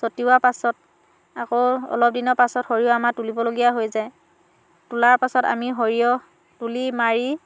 ছটিওৱা পাছত আকৌ অলপ দিনৰ পাছত সৰিয়হ আমাৰ তুলিবলগীয়া হৈ যায় তোলাৰ পাছত আমি সৰিয়হ তুলি মাৰি